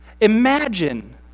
Imagine